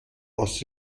aus